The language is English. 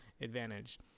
advantage